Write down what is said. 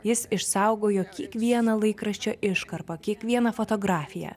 jis išsaugojo kiekvieną laikraščio iškarpą kiekvieną fotografiją